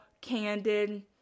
candid